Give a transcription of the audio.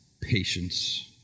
patience